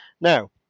Now